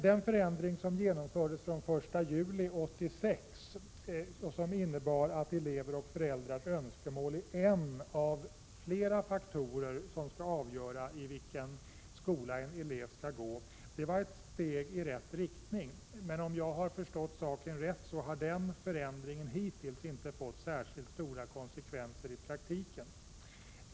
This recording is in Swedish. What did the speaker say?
Den förändring som genomfördes från den 1 juli 1986 och som innebar att elevers och föräldrars önskemål är en av flera faktorer som skall avgöra i vilken skola en elev skall gå var ett steg i rätt riktning. Om jag har förstått saken rätt har emellertid den förändringen hittills inte fått särskilt stora konsekvenser i praktiken.